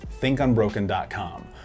thinkunbroken.com